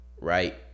Right